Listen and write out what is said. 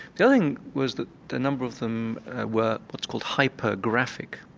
the other thing was that the number of them were what's called hyper-graphic,